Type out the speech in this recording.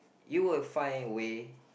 you will find a way